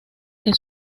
que